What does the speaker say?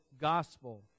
gospel